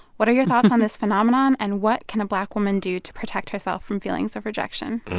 what are your thoughts on this phenomenon? and what can a black woman do to protect herself from feelings of rejection?